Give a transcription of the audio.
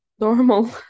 Normal